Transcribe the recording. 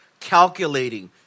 calculating